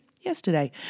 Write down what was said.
yesterday